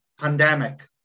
pandemic